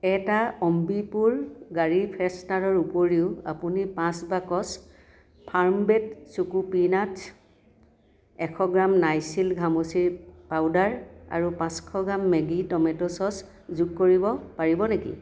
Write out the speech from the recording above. এটা অম্বিপুৰ গাড়ীৰ ফ্ৰেছনাৰৰ উপৰিও আপুনি পাঁচ বাকচ ফাৰ্মবেদ চোকো পিনাটছ্ এশ গ্ৰাম নাইচিল ঘামচিৰ পাউডাৰ আৰু পাঁচশ গ্ৰাম মেগী টমেটো ছচ যোগ কৰিব পাৰিব নেকি